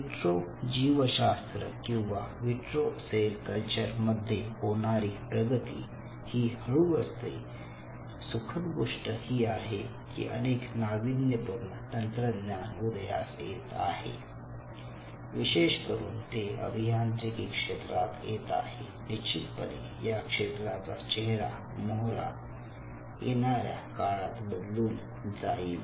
vitro जीवशास्त्र किंवा vitro cell culture मध्ये होणारी प्रगती ही हळू आहे सुखद गोष्ट ही आहे की अनेक नाविन्यपूर्ण तंत्रज्ञान उदयास येत आहे विशेष करून ते अभियांत्रिकी क्षेत्रात येत आहे निश्चितपणे या क्षेत्राचा चेहरा मोहरा येणाऱ्या काळात बदलून जाईल